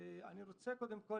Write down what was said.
קודם כל,